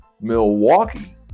milwaukee